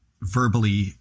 verbally